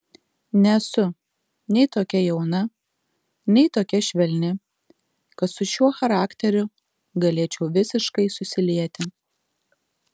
nesu nei tokia jauna nei tokia švelni kad su šiuo charakteriu galėčiau visiškai susilieti